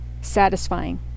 satisfying